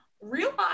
realize